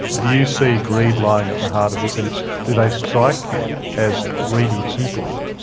do you see greed lying at the heart of this and do they strike you as greedy people?